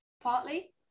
Partly